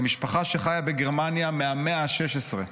למשפחה שחיה בגרמניה מהמאה ה-16.